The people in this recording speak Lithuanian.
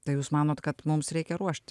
tai jūs manot kad mums reikia ruošt